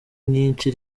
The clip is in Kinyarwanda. nyinshi